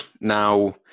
now